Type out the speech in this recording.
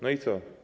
No i co?